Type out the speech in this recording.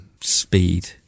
speed